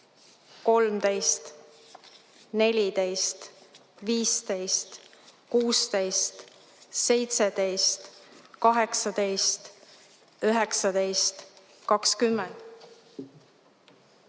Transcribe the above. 13, 14, 15, 16, 17, 18, 19, 20,